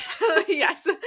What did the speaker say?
yes